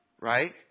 right